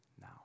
now